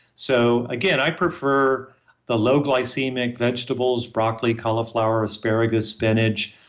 so, again, i prefer the low-glycemic vegetables broccoli, cauliflower, asparagus, spinach,